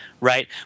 Right